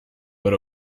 but